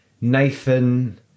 Nathan